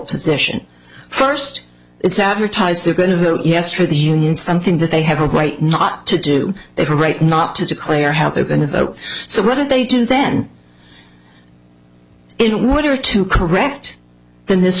position first it's advertised they're going to vote yes for the union something that they have a right not to do that a right not to declare how they're going to vote so what did they do then in winter to correct the